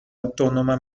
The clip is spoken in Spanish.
autónoma